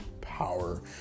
power